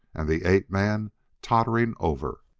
and the ape-man tottering over.